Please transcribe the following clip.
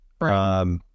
Right